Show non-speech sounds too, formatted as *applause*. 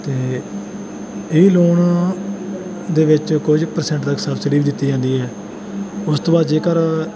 ਅਤੇ ਇਹ ਲੋਨ *unintelligible* ਦੇ ਵਿੱਚ ਕੁਝ ਪਰਸੈਂਟ ਤੱਕ ਸਬਸਿਡੀ ਵੀ ਦਿੱਤੀ ਜਾਂਦੀ ਹੈ ਉਸ ਤੋਂ ਬਾਅਦ ਜੇਕਰ